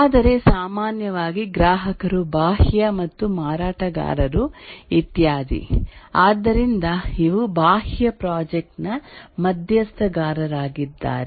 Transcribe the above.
ಆದರೆ ಸಾಮಾನ್ಯವಾಗಿ ಗ್ರಾಹಕರು ಬಾಹ್ಯ ಮತ್ತು ಮಾರಾಟಗಾರರು ಇತ್ಯಾದಿ ಆದ್ದರಿಂದ ಇವು ಬಾಹ್ಯ ಪ್ರಾಜೆಕ್ಟ್ ನ ಮಧ್ಯಸ್ಥಗಾರರಾಗಿದ್ದಾರೆ